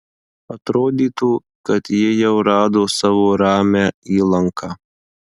atrodytų kad ji jau rado savo ramią įlanką